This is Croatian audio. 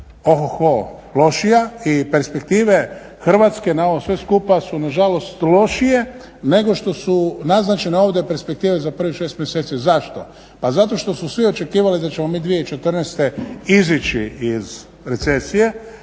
o-ho-ho lošija i perspektive Hrvatske na ovo sve skupa su nažalost lošije nego što su naznačene ovdje perspektive za prvih 6 mjeseci. Zašto? Pa zato što su svi očekivali da ćemo mi 2014. izaći iz recesije,